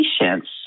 patients